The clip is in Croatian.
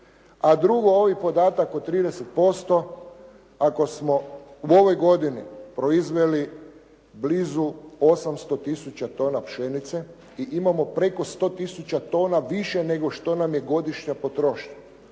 A drugo, ovi podatak od 30% ako smo u ovoj godini proizveli blizu 800 tisuća tona pšenice i imamo preko 100 tisuća tona više nego što nam je godišnja potrošnja.